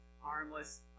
harmless